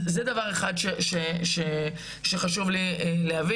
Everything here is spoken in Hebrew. זה דבר אחד שחשוב לי להבין.